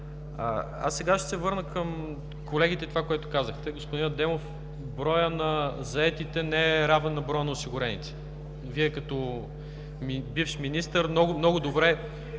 Сега ще се върна към това, което казаха колегите. Господин Адемов, броят на заетите не е равен на броя на осигурените. Вие като бивш министър много добре